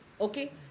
okay